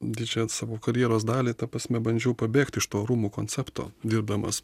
didžiąją savo karjeros dalį ta prasme bandžiau pabėgt iš to rūmų koncepto dirbdamas